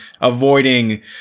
avoiding